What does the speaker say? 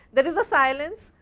there is a silence,